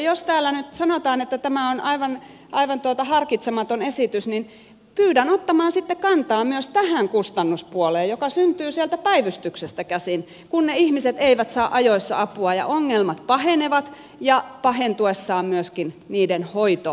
jos täällä nyt sanotaan että tämä on aivan harkitsematon esitys niin pyydän ottamaan sitten kantaa myös tähän kustannuspuoleen joka syntyy sieltä päivystyksestä käsin kun ne ihmiset eivät saa ajoissa apua ja ongelmat pahenevat ja pahentuessaan myöskin niiden hoito kallistuu